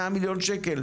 של 100 מיליון ₪,